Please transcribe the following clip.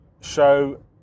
show